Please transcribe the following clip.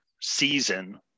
season